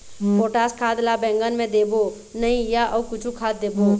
Potash खाद ला बैंगन मे देबो नई या अऊ कुछू खाद देबो?